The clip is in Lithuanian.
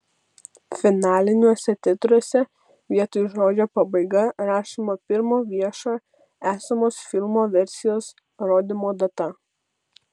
finaliniuose titruose vietoj žodžio pabaiga rašoma pirmo viešo esamos filmo versijos rodymo data